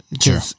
Sure